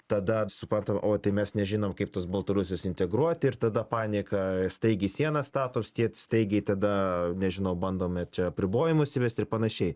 tada supratom o tai mes nežinom kaip tuos baltarusius integruoti ir tada panika staigiai sieną statos tie staigiai tada nežinau bandome čia apribojimus įvesti ir panašiai